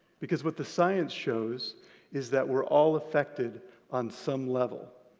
because what the science shows is that we're all affected on some level,